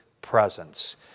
presence